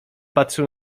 patrzył